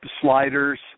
Sliders